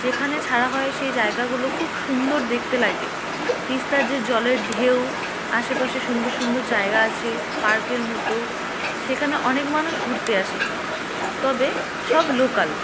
যেখানে ছাড়া হয় সেই জায়গাগুলো খুব সুন্দর দেখতে লাগে তিস্তার যে জলের ঢেউ আশেপাশে সুন্দর সুন্দর জায়গা আছে পার্কের মতো সেখানে অনেক মানুষ ঘুরতে আসে তবে সব লোকাল